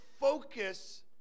focus